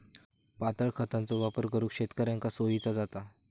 पातळ खतांचो वापर करुक शेतकऱ्यांका सोयीचा जाता